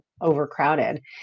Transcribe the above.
overcrowded